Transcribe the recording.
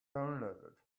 downloaded